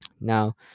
Now